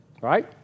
Right